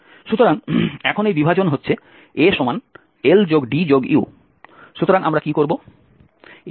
সুতরাং এখন এই বিভাজন হচ্ছে A LDU সুতরাং আমরা কি করব